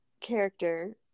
character